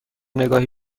نگاهی